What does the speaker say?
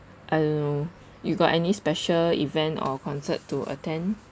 I don't know you got any special event or concert to attend